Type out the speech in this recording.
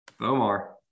Omar